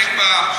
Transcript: נגבה,